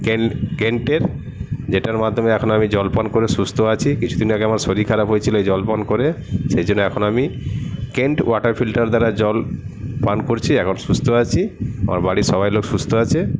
কেন কেন্টের যেটার মাধ্যমে এখন আমি জল পান করে সুস্থ আছি কিছুদিন আগে আমার শরীর খারাপ হয়েছিলো এই জল পান করে সেই জন্য এখন আমি কেন্ট ওয়াটার ফিল্টার দ্বারা জল পান করছি এখন সুস্থ আছি আমার বাড়ির সবাই লোক সুস্থ আছে